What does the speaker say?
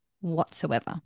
whatsoever